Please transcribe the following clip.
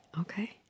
Okay